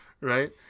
right